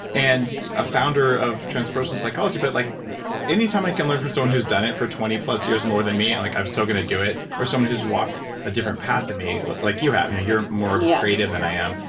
and a founder or transpersonal psychology, but like anytime i can learn from someone who's done it for twenty plus years more than me, i'm like i'm still going to do it, or someone who's walked a different path than me like you have. you know you're more of a yeah creative than i am.